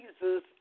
Jesus